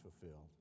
fulfilled